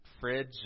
fridge